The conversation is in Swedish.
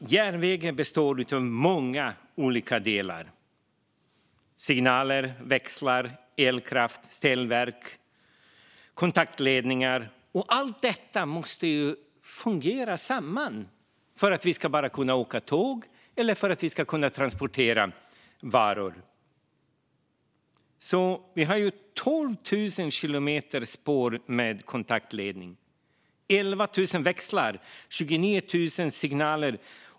Järnvägen består av många olika delar: signaler, växlar, elkraft, ställverk och kontaktledningar. Allt detta måste fungera samman för att vi ska kunna åka tåg eller transportera varor. Vi har 12 000 kilometer spår med kontaktledning, 11 000 växlar och 29 000 signaler.